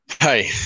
Hi